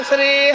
Sri